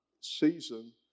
season